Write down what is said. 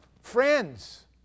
Friends